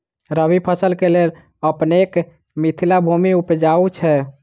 रबी फसल केँ लेल अपनेक मिथिला भूमि उपजाउ छै